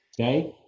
Okay